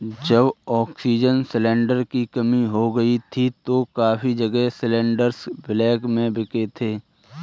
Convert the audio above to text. जब oxygen cylinder की कमी हो गई थी तो काफी जगह सिलेंडरस ब्लैक में बिके थे